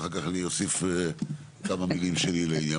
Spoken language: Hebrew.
ואחר כך אני אוסיף כמה מילים שלי לעניין.